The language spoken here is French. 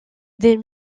des